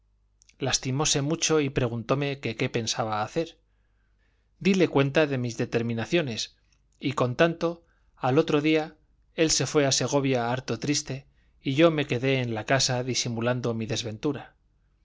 lastimóse mucho y preguntóme que qué pensaba hacer dile cuenta de mis determinaciones y con tanto al otro día él se fue a segovia harto triste y yo me quedé en la casa disimulando mi desventura